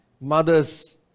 mothers